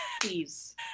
please